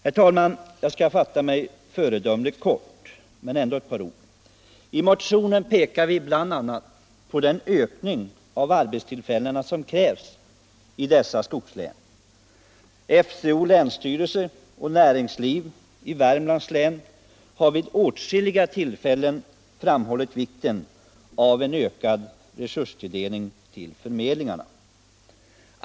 Jag skall, herr talman, fatta mig föredömligt kort men vill ändå säga ett par ord om den här frågan. I motionen pekar vi bl.a. på den ökning av arbetstillfällena som krävs i skogslänen. FCO, länsstyrelsen och näringslivet i Värmlands län har vid åtskilliga tillfällen framhållit vikten av en ökad resurstilldelning till förmedlingarna.